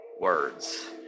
words